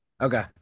Okay